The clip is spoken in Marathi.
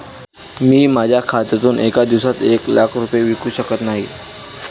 मी माझ्या खात्यातून एका दिवसात एक लाख रुपये विकू शकत नाही